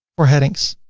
for headings.